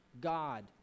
God